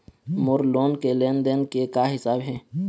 मोर loan के लेन देन के का हिसाब हे?